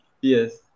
yes